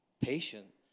patient